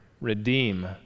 Redeem